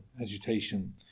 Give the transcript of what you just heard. agitation